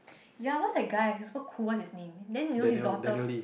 ya what's the guy he's super cool what's his name then you know his daughter